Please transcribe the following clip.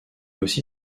aussi